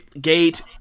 gate